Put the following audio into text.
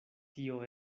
tio